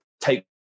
take